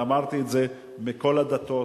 ואמרתי את זה מכל הדתות,